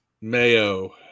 mayo